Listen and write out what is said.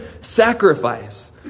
sacrifice